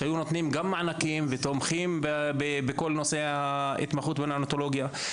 שהיו נותנים גם מענקים ותמיכות בכל נושא ההתמחות בניאונטולוגיה.